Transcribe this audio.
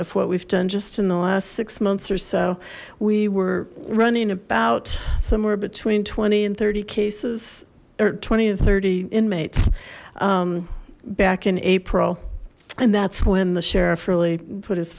of what we've done just in the last six months or so we were running about somewhere between twenty and thirty cases or twenty or thirty inmates back in april and that's when the sheriff really put his